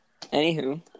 Anywho